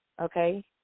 Okay